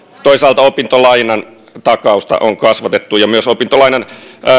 toisaalta opintolainan takausta on kasvatettu ja myös opintolainan